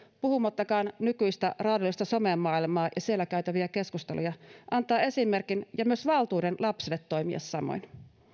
puhumattakaan nykyisestä raadollisesta somemaailmasta ja siellä käytävistä keskusteluista antaa esimerkin ja myös valtuuden lapsille toimia samoin